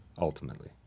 Ultimately